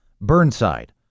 Burnside